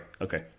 Okay